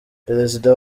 perezida